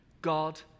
God